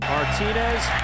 Martinez